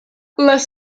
les